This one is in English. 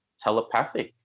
telepathic